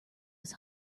was